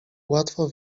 łatwo